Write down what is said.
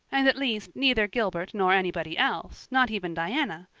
and at least neither gilbert nor anybody else, not even diana,